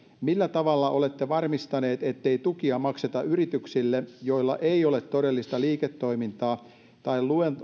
millä tavalla olette varmistaneet ettei tukia makseta yrityksille joilla ei ole todellista liiketoimintaa tai